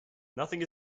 nothing